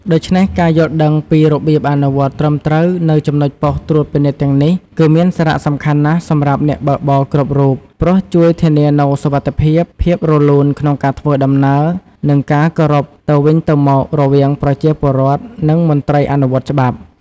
ដូច្នេះការយល់ដឹងពីរបៀបអនុវត្តត្រឹមត្រូវនៅចំណុចប៉ុស្តិ៍ត្រួតពិនិត្យទាំងនេះ គឺមានសារៈសំខាន់ណាស់សម្រាប់អ្នកបើកបរគ្រប់រូប ព្រោះជួយធានានូវសុវត្ថិភាព ភាពរលូនក្នុងការធ្វើដំណើរ និងការគោរពទៅវិញទៅមករវាងប្រជាពលរដ្ឋ និងមន្ត្រីអនុវត្តច្បាប់។។